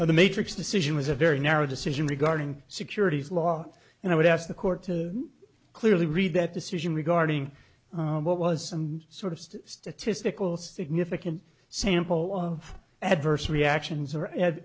and the matrix decision was a very narrow decision regarding securities law and i would ask the court to clearly read that decision regarding what was some sort of statistical significance sample of adverse reactions